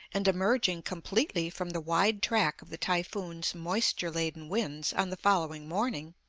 and, emerging completely from the wide track of the typhoon's moisture-laden winds on the following morning,